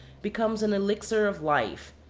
becomes an elixir of life,